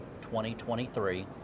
2023